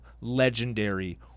legendary